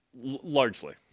largely